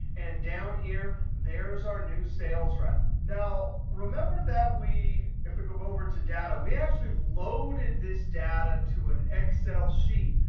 and down here, there is our new sales rep. now remember that if we go over to data, we actually loaded this data to an excel sheet.